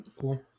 Cool